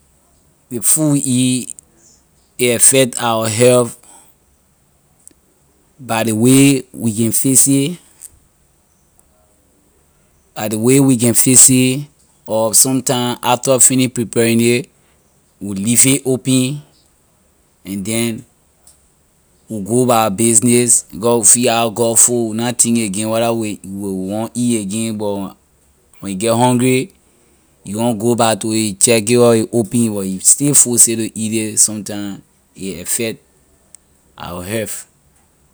Ley food we eat a affect our health by ley way we can fix it by ley way we can fix it or sometime after finish preparing it we leave a open and then we go by our business because we feel our gut full we na thinking again whether we will we will want eat again but when you get hungry you want go back to a you check it up a open but you still force it to eat ley sometime a affect our health.